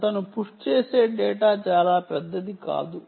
అతను పుష్ చేసే డేటా చాలా పెద్దది కాదు